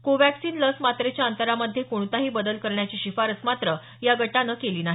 को व्हॅक्सिन लस मात्रेच्या अंतरामध्ये कोणताही बदल करण्याची शिफारस मात्र या गटानं केलेली नाही